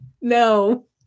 No